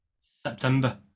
September